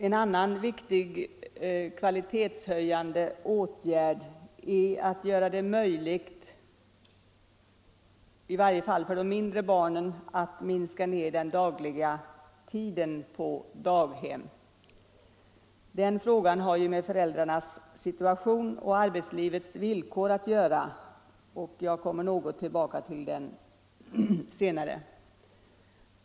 En annan viktig kvalitetshöjande åtgärd är att göra det möjligt att för i varje fall de mindre barnen minska den dagliga tiden på daghem. Det är en fråga som har med föräldrarnas situation och arbetslivets villkor att göra. Jag återkommer till den litet senare.